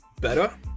better